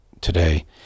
today